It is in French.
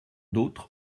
d’autres